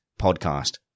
podcast